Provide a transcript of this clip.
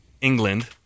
England